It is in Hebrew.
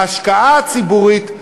ההשקעה הציבורית,